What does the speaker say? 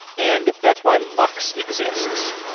and that's why mux exists.